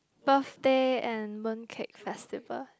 birthday and Mooncake Festival